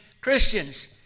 Christians